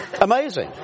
Amazing